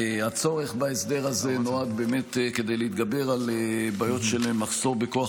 הצורך בהסדר הזה נועד באמת להתגבר על בעיות של מחסור בכוח